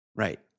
Right